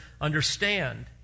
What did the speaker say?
understand